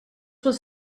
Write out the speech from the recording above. was